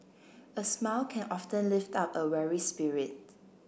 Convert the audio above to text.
a smile can often lift up a weary spirit